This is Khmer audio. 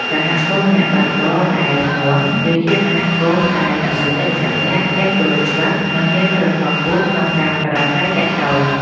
សហគមន៍អ្នកបើកបរដែលរឹងមាំ គឺជាសហគមន៍ដែលសមាជិកម្នាក់ៗចេះគោរពច្បាប់ និងមានសីលធម៌ខ្ពស់ក្នុងការប្រាស្រ័យទាក់ទង។